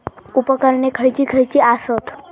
उपकरणे खैयची खैयची आसत?